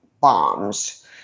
bombs